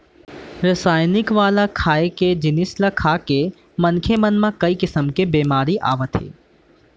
रसइनिक वाला खाए के जिनिस ल खाके मनखे म कइ किसम के बेमारी आवत हे